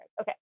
Okay